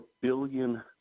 billion